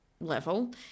level